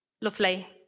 lovely